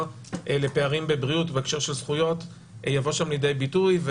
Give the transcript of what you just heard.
לפערים בבריאות בהקשר של זכויות יבוא שם לידי ביטוי,